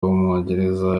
w’ubwongereza